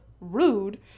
Rude